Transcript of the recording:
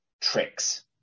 tricks